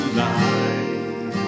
life